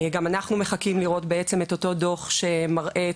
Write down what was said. גם אנחנו מחכים לראות את אותו דוח שמראה את